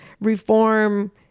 reform